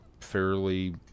fairly